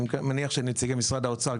אני מניח שנציגי משרד האוצר,